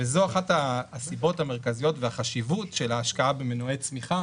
וזו אחת הסיבות המרכזיות והחשיבות של ההשקעה במנועי צמיחה